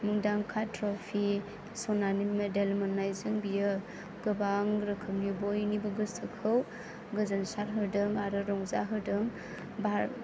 मुंदांखा ट्रफि सनानि मेडेल मोननायजों बियो गोबां रोखोमनि बयनिबो गोसोखौ गोजोनसार होदों आरो रंजा होदों